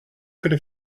could